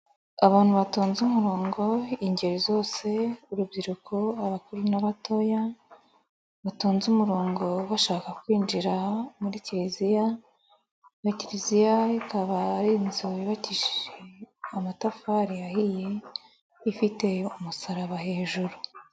Abantu batonze umurongo ingeri zose, urubyiruko abakuru n'abatoya, batonnze umurongo bashaka kwinjira muri kiliziya, ni kiliziya ikaba ari inzu yubakishije amatafari ahiye, ifite umusaraba hejuru.